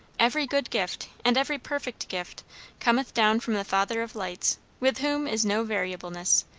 every good gift and every perfect gift cometh down from the father of lights, with whom is no variableness,